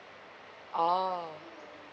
oh